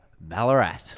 Ballarat